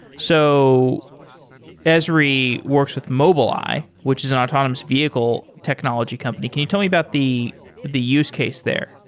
so esri works with mobileye, which is an autonomous vehicle technology company. can you tell me about the the use case there?